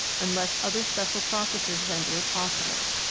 unless other special processes render it possible.